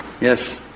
Yes